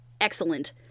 excellent